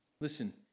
listen